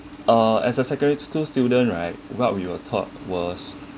uh as a secondary school student right what we were taught was